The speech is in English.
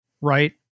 right